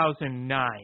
2009